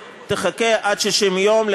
מבקשים לתת לשר לסיים את דבריו.